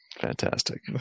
Fantastic